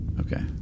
Okay